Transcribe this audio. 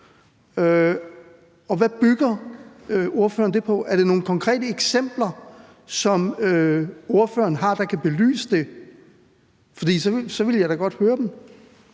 Hvad bygger ordføreren det på? Er det nogle konkrete eksempler, som ordføreren har, der kan belyse det? For så vil jeg da godt høre dem.